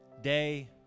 day